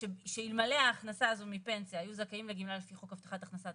שאלמלא ההכנסה הזו מפנסיה היו זכאים לגמלה לפי חוק הבטחת הכנסה,